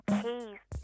case